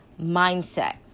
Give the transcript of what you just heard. mindset